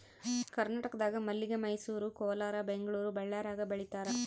ಕರ್ನಾಟಕದಾಗ ಮಲ್ಲಿಗೆ ಮೈಸೂರು ಕೋಲಾರ ಬೆಂಗಳೂರು ಬಳ್ಳಾರ್ಯಾಗ ಬೆಳೀತಾರ